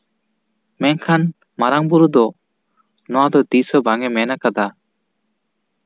ᱢᱮᱱᱠᱷᱟᱱ ᱢᱟᱨᱟᱝ ᱵᱳᱨᱳ ᱫᱚ ᱱᱚᱣᱟ ᱫᱚ ᱛᱤᱥ ᱦᱚᱸ ᱵᱟᱝ ᱮ ᱢᱮᱱ ᱠᱟᱫᱟ